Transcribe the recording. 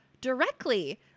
directly